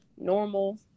normal